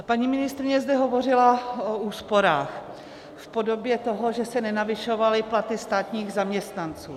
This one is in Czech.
Paní ministryně zde hovořila o úsporách v podobě toho, že se nenavyšovaly platy státních zaměstnanců.